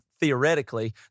theoretically